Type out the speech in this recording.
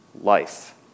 life